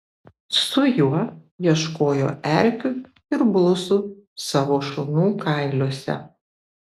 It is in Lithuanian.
su juo ieškojo erkių ir blusų savo šunų kailiuose